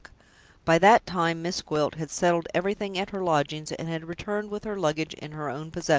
by that time miss gwilt had settled everything at her lodgings, and had returned with her luggage in her own possession.